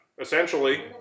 essentially